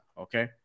okay